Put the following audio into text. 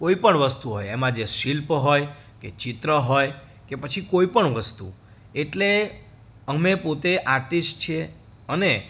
કોઈપણ વસ્તુ હોય એમાં જે શિલ્પ હોય કે ચિત્ર હોય કે પછી કોઈપણ વસ્તુ એટલે અમે પોતે આર્ટિસ્ટ છીએ અને